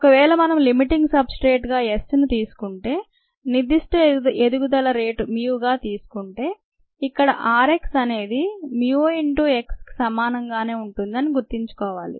ఒకవేళ మనం లిమిటింగ్ సబ్ స్ట్రేట్గా S ను తీసుకుంటే నిర్థిష్ట ఎదుగుదల రేటును mu గా తీసుకుంటే ఇక్కడ r x అనేది mu x సమానంగా ఉంటుందనే గుర్తుంచుకోవాలి